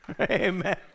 Amen